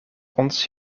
ons